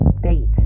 date